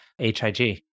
HIG